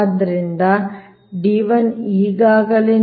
ಆದ್ದರಿಂದ d1 ಈಗಾಗಲೇ ನೀಡಿರುವ 7